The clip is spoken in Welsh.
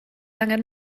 angen